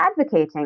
advocating